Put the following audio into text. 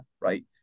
right